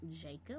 Jacob